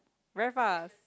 very fast